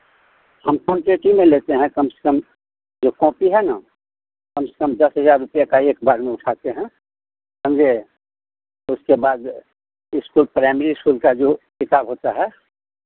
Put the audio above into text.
हम क्वान्टेटी में लेते हैं कम से कम जो कॉपी है ना कम से कम दस हज़ार रुपये का एक बार में उठाते हैं समझे तो उसके बाद इस्कूल प्राइमरी इस्कूल का जो किताब होता है